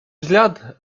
взгляд